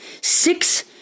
six